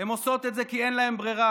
הן עושות את זה כי אין להן ברירה,